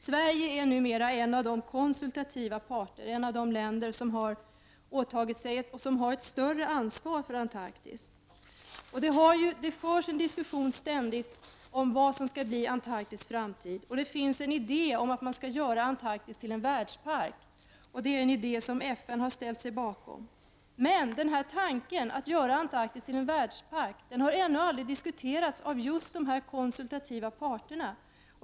Sverige är numera en av de konsultativa parter, ett av de länder, som har ett större ansvar för Antarktis. Det förs ju ständigt en diskussion om Antarktis framtid. Dessutom finns det tankar på att göra Antarktis till en världspark. Det är en idé som FN har ställt sig bakom. Men tanken att göra Antarktis till en världspark har ännu aldrig diskuterats av just de konsultativa parterna.